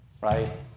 right